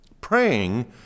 praying